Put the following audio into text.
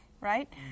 right